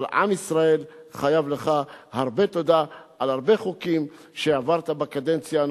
אבל עם ישראל חייב לך הרבה תודה על הרבה חוקים שהעברת בקדנציה הנוכחית.